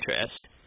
interest